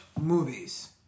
movies